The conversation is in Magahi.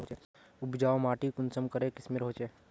उपजाऊ माटी कुंसम करे किस्मेर होचए?